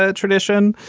ah tradition.